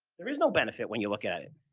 there is no benefit when you look at at it.